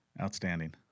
Outstanding